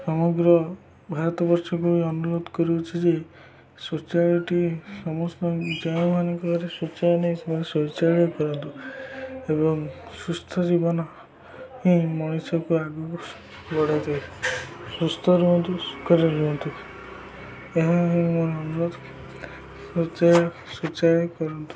ସମଗ୍ର ଭାରତବର୍ଷକୁ ଅନୁରୋଧ କରୁଅଛି ଯେ ଶୌଚାଳୟଟିଏ ସମସ୍ତ ଯୋଉଁମାନଙ୍କର ଶୌଚାଳୟ ନାହିଁ ସେମାନେ ଶୌଚାଳୟ କରନ୍ତୁ ଏବଂ ସୁସ୍ଥ ଜୀବନ ହିଁ ମଣିଷକୁ ଆଗକୁ ବଢ଼ାଇଥାଏ ସୁସ୍ଥ ରୁହନ୍ତୁ ସୁଖରେ ରୁହନ୍ତୁ ଏହା ହିଁ ମୋର ଅନୁରୋଧ ଶୌଚାଳୟ କରନ୍ତୁ